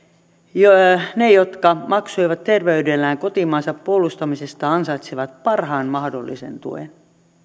ne jotka maksoivat terveydellään kotimaansa puolustamisesta ansaitsevat parhaan mahdollisen tuen